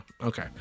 okay